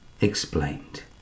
explained